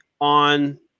on